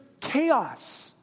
chaos